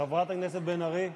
חברת הכנסת בן ארי,